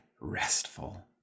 restful